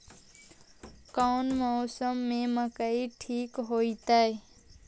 कौन मौसम में मकई ठिक होतइ?